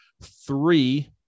three